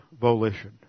volition